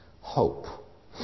hope